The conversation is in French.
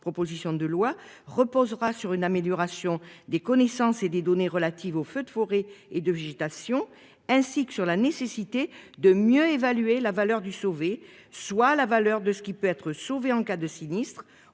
proposition de loi reposera sur une amélioration des connaissances et des données relatives aux feux de forêt et de végétation ainsi que sur la nécessité de mieux évaluer la valeur du sauver soit la valeur de ce qui peut être sauvé en cas de sinistre,